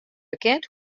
bekend